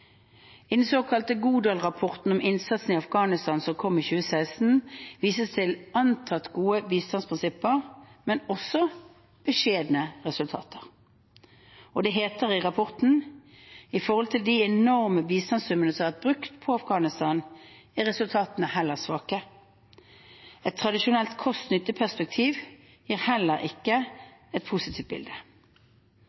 I den såkalte Godal-rapporten om innsatsen i Afghanistan som kom i 2016, vises det til antatt gode bistandsprinsipper, men også beskjedne resultater. Som det heter i rapporten: «I forhold til de enorme bistandssummene som har vært brukt på Afghanistan, er resultatene heller svake. Et tradisjonelt kost-nytte-perspektiv gir ikke